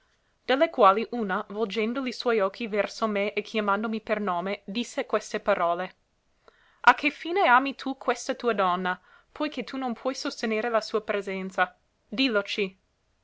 de le quali una volgendo li suoi occhi verso me e chiamandomi per nome disse queste parole a che fine ami tu questa tua donna poi che tu non puoi sostenere la sua presenza dilloci